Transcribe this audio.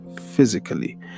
physically